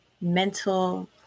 mental